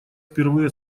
впервые